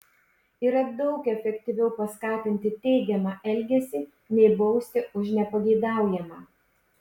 yra daug efektyviau paskatinti teigiamą elgesį nei bausti už nepageidaujamą